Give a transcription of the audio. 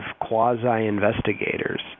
quasi-investigators